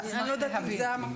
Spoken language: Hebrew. אשמח להבין.